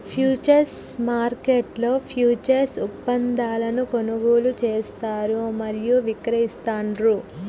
futures మార్కెట్లో futures ఒప్పందాలను కొనుగోలు చేస్తారు మరియు విక్రయిస్తాండ్రు